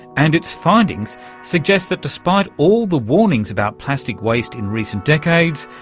and its findings suggest that despite all the warnings about plastic waste in recent decades,